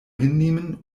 hinnehmen